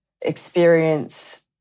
experience